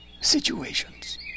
situations